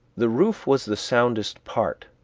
the roof was the soundest part,